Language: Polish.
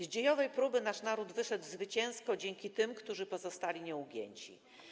Z dziejowej próby nasz Naród wyszedł zwycięsko dzięki tym, którzy pozostali nieugięci.